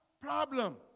problem